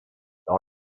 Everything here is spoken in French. dans